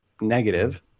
negative